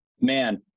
man